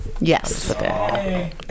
yes